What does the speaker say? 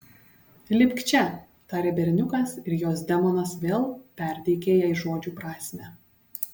lipk čia tarė berniukas ir jos demonas vėl perteikė jai žodžių prasmę